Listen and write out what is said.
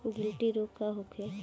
गिल्टी रोग का होखे?